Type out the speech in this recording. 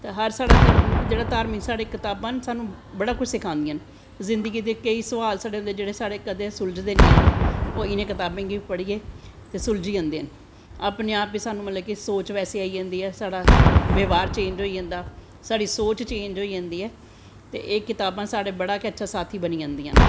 त हर साढ़ी धार्मिक जेह्ड़ी कताबां न साह्नू बड़ा कुश सखांदियां न जिन्दगी दे केंई सोआल होंदे न जेह्ड़े साढ़े सुलझदे नी हैन ओह् इनें कताबें गी पढ़ियै सुलझी जंदे न अपनें आप साह्नू सोच बैसी आई जंदी ऐ साढ़ा व्यवहार चेंज़ होई जंदा ऐ साढ़े सोच चेंज़ होई जंदी ऐ ते एह् कताबां साढ़ा बड़ा गै अच्चा साथी बनी जंदियां नै